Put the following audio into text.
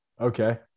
Okay